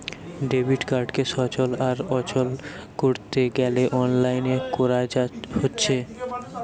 debit কার্ডকে সচল আর অচল কোরতে গ্যালে অনলাইন কোরা হচ্ছে